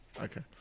Okay